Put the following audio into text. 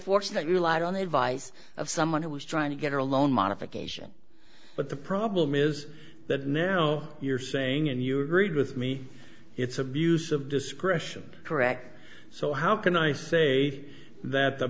unfortunately relied on the advice of someone who was trying to get her a loan modification but the problem is that now you're saying and you agreed with me it's abuse of discretion correct so how can i say that the